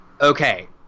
okay